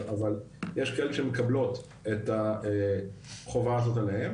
אבל יש כאלה שמקבלות את החובה הזאת עליהן,